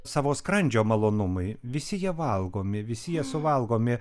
savo skrandžio malonumai visi jie valgomi visi jie suvalgomi